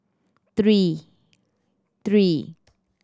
three